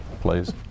please